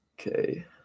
Okay